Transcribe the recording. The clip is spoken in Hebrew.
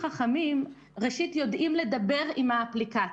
חכמים, ראשית, יודעים לדבר עם האפליקציה.